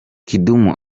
kidum